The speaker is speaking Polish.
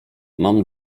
mam